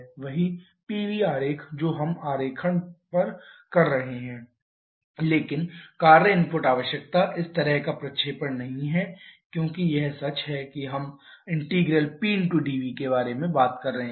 वही Pv आरेख जो हम आरेखण कर रहे हैं लेकिन कार्य इनपुट आवश्यकता इस तरह का प्रक्षेपण नहीं है क्योंकि यह सच है जब हम ∫Pdv के बारे में बात कर रहे हैं